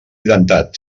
dentat